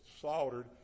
slaughtered